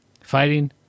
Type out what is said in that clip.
fighting